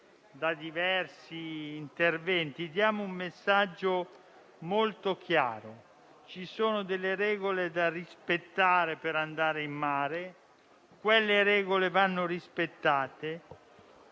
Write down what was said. in diversi interventi - diamo anche un messaggio molto chiaro: ci sono delle regole da rispettare per andare in mare e quelle regole vanno rispettate.